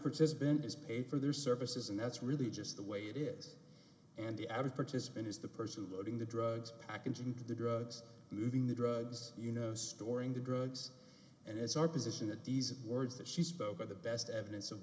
bent is paid for their services and that's really just the way it is and the average participant is the person loading the drugs package into the drugs moving the drugs you know storing the drugs and it's our position that these words that she spoke of the best evidence of